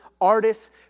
artists